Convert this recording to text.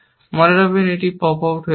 মনে রাখবেন এটি প্রথমে পপ আউট হয়েছিল